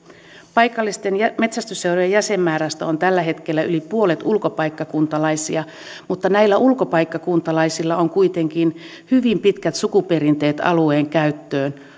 paikallisten metsästysseurojen jäsenmääristä on tällä hetkellä yli puolet ulkopaikkakuntalaisia mutta näillä ulkopaikkakuntalaisilla on kuitenkin hyvin pitkät sukuperinteet alueen käyttöön